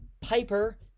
Piper